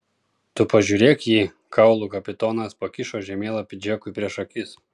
tu pažiūrėk jį kaulų kapitonas pakišo žemėlapį džekui prieš akis